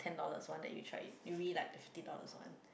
ten dollars one that you tried you really liked the fifty dollar one